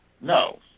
no